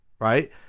right